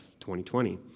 2020